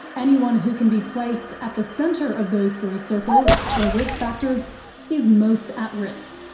anyone who can be placed at the centre of those three circles or risk factors is most at risk.